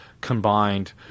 combined